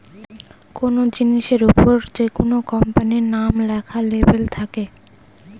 কোনো জিনিসের ওপর যেকোনো কোম্পানির নাম লেখা লেবেল থাকে